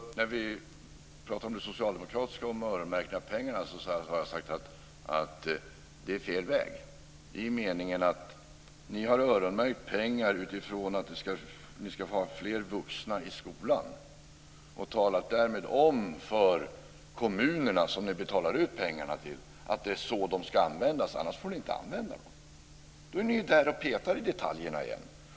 Fru talman! När vi pratade om Socialdemokraterna och öronmärkning av pengar har jag sagt att det är fel väg. Jag menar att ni har öronmärkt pengar utifrån att det ska vara fler vuxna i skolan. Ni talar därmed om för de kommuner som ni betalar ut pengarna till att det är så de ska användas, annars får man inte använda dem. Nu är ni inne och petar i detaljerna igen.